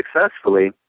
successfully